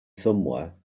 somewhere